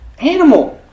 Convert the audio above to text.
animal